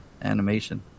Animation